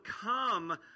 come